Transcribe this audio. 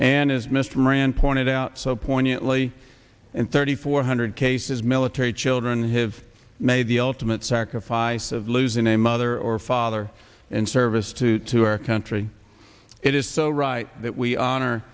moran pointed out so poignantly and thirty four hundred cases military children have made the ultimate sacrifice of losing a mother or father in service to to our country it is so right that we honor